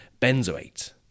benzoate